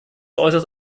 äußerst